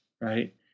right